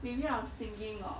maybe I was thinking of